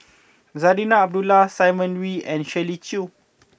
Zarinah Abdullah Simon Wee and Shirley Chew